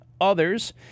others